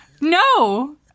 no